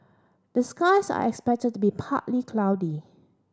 the skies are expected to be partly cloudy